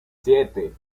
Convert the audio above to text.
siete